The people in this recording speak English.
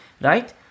right